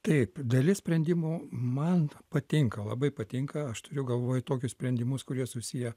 taip dalis sprendimų man patinka labai patinka aš turiu galvoj tokius sprendimus kurie susiję